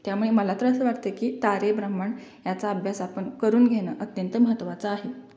त्यामुळे मला तर असं वाटतं की तारे ब्रह्माण्ड याचा अभ्यास आपण करून घेणं अत्यंत महत्त्वाचं आहे